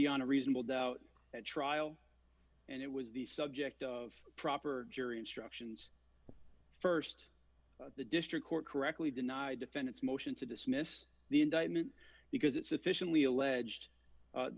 beyond a reasonable doubt at trial and it was the subject of proper jury instructions st the district court correctly denied defend its motion to dismiss the indictment because it sufficiently alleged